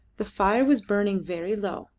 the fire was burning very low,